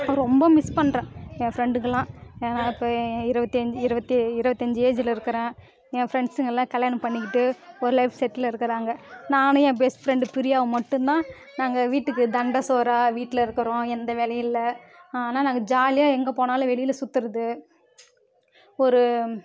ரொம்ப மிஸ் பண்ணுறன் என் ஃப்ரண்டுங்களான் இருபத்தி இருபத்தி இருபத்தி அஞ்சு ஏஜில் இருக்கிறன் என் ஃபிரண்ட்ஸ்ங்கள்லாம் கல்யாணம் பண்ணிக்கிட்டு ஒரு லைஃப் செட்டில்ல இருக்கிறாங்க நான் என் பெஸ்ட் ஃபிரெண்ட் பிரியாவும் மட்டுந்தான் நாங்கள் வீட்டுக்கு தண்ட சோறாக வீட்டில் இருக்கிறோம் எந்த வேலையும் இல்லை ஆனால் நாங்கள் ஜாலியாக எங்கே போனாலும் வெளியில் சுத்தறது ஒரு